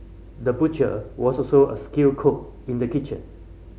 the butcher was also a skilled cook in the kitchen